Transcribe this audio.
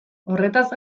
horretaz